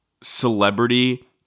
celebrity